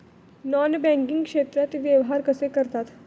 Non banking क्षेत्रात व्यवहार कसे करतात?